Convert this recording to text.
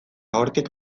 hortik